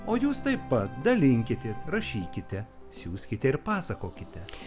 o jūs taip pat dalinkitės rašykite siųskite ir pasakokite